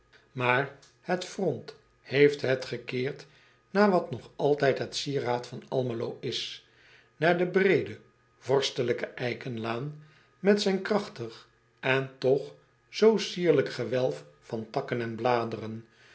aar het front heeft het gekeerd naar wat nog altijd het sieraad van lmelo is naar de breede vorstelijke eikenlaan met zijn krachtig en toch zoo sierlijk gewelf van takken en bladeren